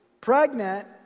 pregnant